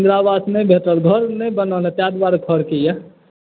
इन्द्रा आवास नहि भेटल घर नहि बनल ताहि दुआरे फर्क यऽ